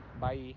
Bye